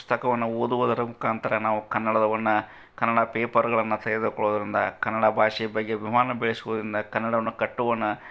ಪುಸ್ತಕವನ್ನು ಓದುವುದರ ಮುಖಾಂತರ ನಾವು ಕನ್ನಡವನ್ನು ಕನ್ನಡ ಪೇಪರ್ಗಳನ್ನು ತೆಗ್ದುಕೊಳ್ಳೋದರಿಂದ ಕನ್ನಡ ಭಾಷೆಯ ಬಗ್ಗೆ ಅಭಿಮಾನ ಬೆಳೆಸ್ಕೋದರಿಂದ ಕನ್ನಡವನ್ನು ಕಟ್ಟೋಣ